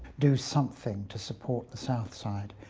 do something to support the south side.